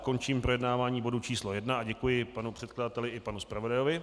Končím projednávání bodu číslo 1 a děkuji panu předkladateli i panu zpravodajovi.